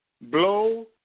blow